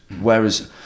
Whereas